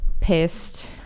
pissed